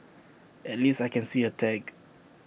at least I can see A tag